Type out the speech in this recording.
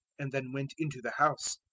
and then went into the house.